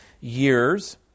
years